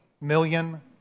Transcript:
million